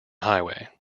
highway